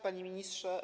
Panie Ministrze!